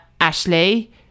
Ashley